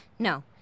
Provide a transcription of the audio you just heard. No